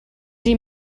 die